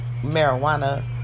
marijuana